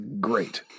great